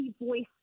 voice